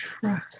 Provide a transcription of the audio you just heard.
trust